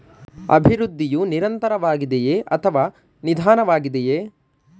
ಅಭಿವೃದ್ಧಿಯು ನಿರಂತರವಾಗಿದೆಯೇ ಅಥವಾ ನಿಧಾನವಾಗಿದೆಯೇ?